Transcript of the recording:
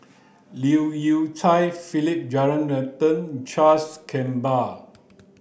Leu Yew Chye Philip Jeyaretnam Charles Gamba